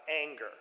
anger